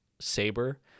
saber